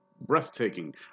breathtaking